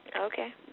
okay